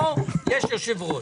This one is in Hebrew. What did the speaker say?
פה יש יושב-ראש.